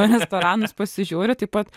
restoranus pasižiūriu taip pat